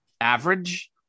average